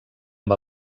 amb